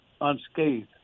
unscathed